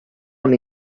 una